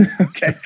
Okay